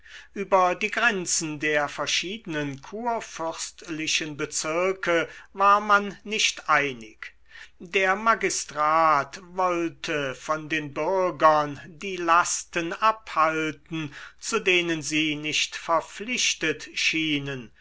über die grenzen der verschiedenen kurfürstlichen bezirke war man nicht einig der magistrat wollte von den bürgern die lasten abhalten zu denen sie nicht verpflichtet schienen